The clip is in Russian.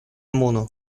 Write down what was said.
муну